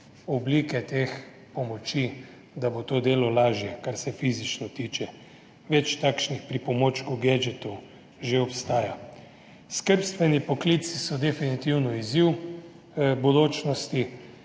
oblike teh pomoči, da bo to delo lažje, kar se fizičnega tiče, več takšnih pripomočkov, gadgetov že obstaja. Skrbstveni poklici so definitivno izziv bodočnosti